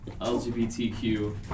lgbtq